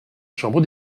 chambre